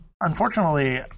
unfortunately